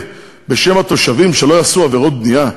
בשם התושבים שלא יעשו עבירות בנייה?